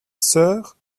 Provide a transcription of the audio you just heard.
sœur